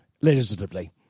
legislatively